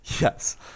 Yes